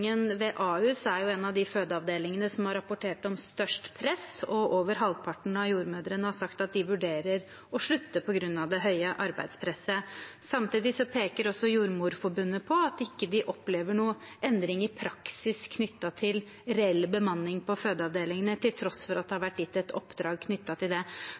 ved Ahus er jo en av de fødeavdelingene som har rapportert om størst press, og over halvparten av jordmødrene har sagt at de vurderer å slutte på grunn av det høye arbeidspresset. Samtidig peker også Jordmorforbundet på at de ikke opplever noen endring i praksis knyttet til reell bemanning på fødeavdelingene, til tross for at det har vært gitt et oppdrag knyttet til det.